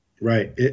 Right